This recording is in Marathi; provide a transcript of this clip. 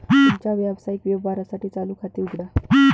तुमच्या व्यावसायिक व्यवहारांसाठी चालू खाते उघडा